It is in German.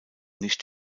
nicht